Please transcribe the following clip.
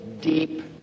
deep